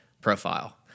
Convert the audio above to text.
profile